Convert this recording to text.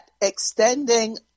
extending